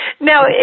Now